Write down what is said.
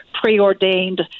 preordained